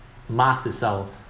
mask itself